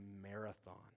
marathon